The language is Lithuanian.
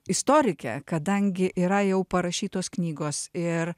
istorike kadangi yra jau parašytos knygos ir